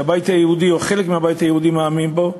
שהבית היהודי או חלק מהבית היהודי מאמין בהן,